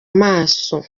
maso